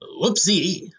whoopsie